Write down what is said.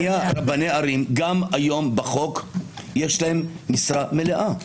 רבני ערים, גם היום בחוק יש להם משרה מלאה,